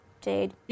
Jade